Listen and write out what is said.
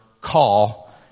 call